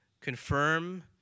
confirm